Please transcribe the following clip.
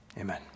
Amen